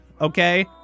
okay